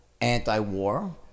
anti-war